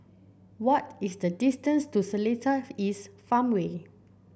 what is the distance to Seletar East Farmway